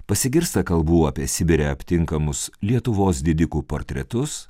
pasigirsta kalbų apie sibire aptinkamus lietuvos didikų portretus